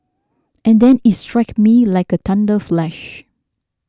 and then it struck me like a thunder flash